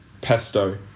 pesto